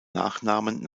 nachnamen